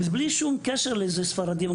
בלי שום קשר לספרדים.